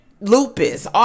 Lupus